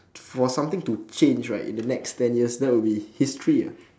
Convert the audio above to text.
for something to change right in the next ten years that would be history ah